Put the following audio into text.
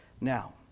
Now